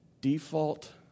default